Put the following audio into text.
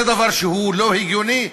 זה דבר לא הגיוני.